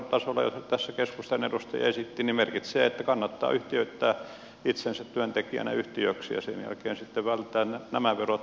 ja mitä tässä keskustan edustaja esitti niin se merkitsee että kannattaa yhtiöittää itsensä työntekijänä yhtiöksi ja sen jälkeen välttää nämä verot